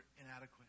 inadequate